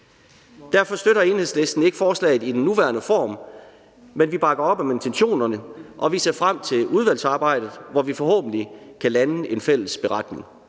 Derfor støtter Enhedslisten ikke forslaget i dets nuværende form, men vi bakker op om intentionerne, og vi ser frem til udvalgsarbejdet, hvor vi forhåbentlig kan lande en fælles beretning.